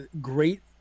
great